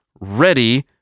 ready